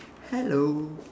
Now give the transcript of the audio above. hello